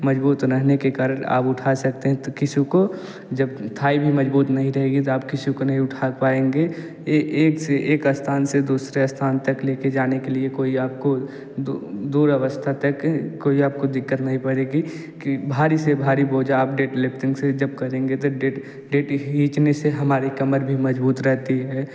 मज़बूत रहने के कारण आप उठा सकते हैं तो किसी को जब थाई भी मज़बूत नहीं रहेगी तो आप किसी को भी नहीं उठा पाएँगे एक से एक स्थान से दूसरे स्थान तक ले कर जाने के लिए कोई आपको दूर अवस्था तक कोई आपको दिक्कत नहीं पड़ेगी कि भारी से भारी बोझ आप डेडलिफ्टिंग से जब करेंगे तो डेड डेड हिचने से हमारी कमर भी मज़बूत रहती है